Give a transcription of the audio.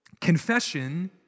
Confession